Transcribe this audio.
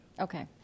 okay